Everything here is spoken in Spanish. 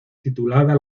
titulada